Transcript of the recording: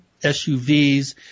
SUVs